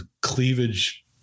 cleavage